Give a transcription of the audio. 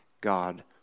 God